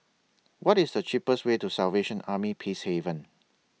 What IS The cheapest Way to Salvation Army Peacehaven